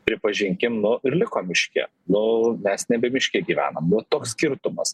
pripažinkim nu ir liko miške nu mes nebe miške gyvenam nu toks skirtumas